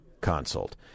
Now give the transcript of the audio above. consult